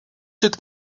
took